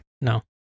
No